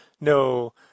no